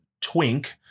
twink